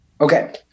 Okay